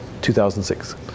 2006